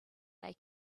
they